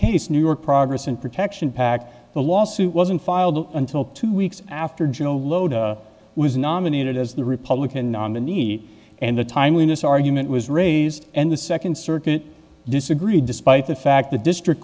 case new york progress and protection pack the lawsuit wasn't filed until two weeks after joe lhota was nominated as the republican nominee and the timeliness argument was raised and the second circuit disagreed despite the fact the district